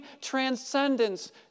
transcendence